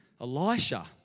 Elisha